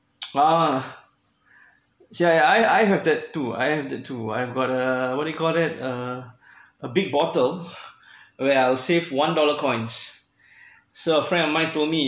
ah yeah yeah I have that too I have too I've got uh what do you call it a a big bottle where I'll save one dollar coins so a friend of mine told me